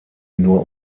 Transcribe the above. nur